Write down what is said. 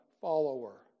follower